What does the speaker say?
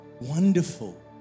wonderful